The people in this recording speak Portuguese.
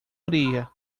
areia